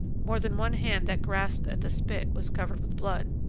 more than one hand that grasped at the spit was covered with blood.